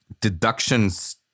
deductions